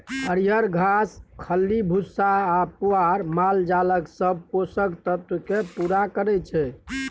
हरियर घास, खल्ली भुस्सा आ पुआर मालजालक सब पोषक तत्व केँ पुरा करय छै